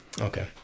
Okay